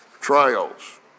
trials